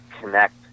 connect